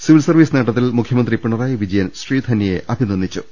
civil service നേട്ടത്തിൽ മുഖ്യമന്ത്രി പിണറായി വിജയൻ ശ്രീധ ന്യയെ അഭിനന്ദിച്ചു